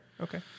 Okay